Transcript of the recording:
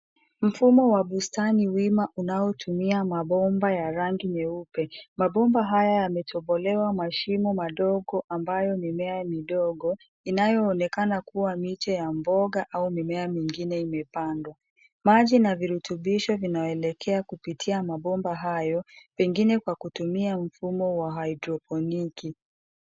Mfumo wa bustani wima unaotumia mabomba ya rangi nyeupe. Mabomba haya yametobolewa mashimo madogo ambayo mimea midogo inayoonekana kuwa miche ya mboga au mimea mingine imepandwa. Maji na virutubisho vinaelekea kupitia mabomba hayo pengine kwa kutumia mfumo wa hydroponic .